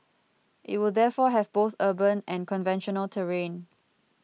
it will therefore have both urban and conventional terrain